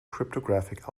cryptographic